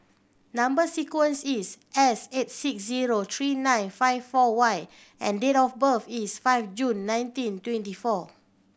number sequence is S eight six zero three nine five four Y and date of birth is five June nineteen twenty four